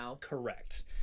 Correct